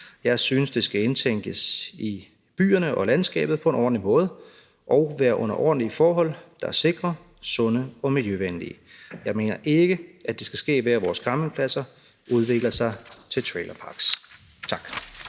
jeg synes, det skal indtænkes i byerne og landskabet på en ordentlig måde og være under ordentlige forhold, der er sikre, sunde og miljøvenlige. Jeg mener ikke, at det skal ske, ved at vores campingpladser udvikler sig til trailerparks. Tak.